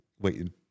waiting